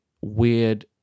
weird